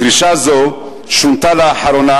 דרישה זו שונתה לאחרונה,